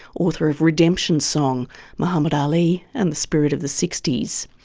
author of redemption song muhammad ali and the spirit of the sixties.